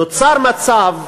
נוצר מצב,